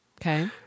Okay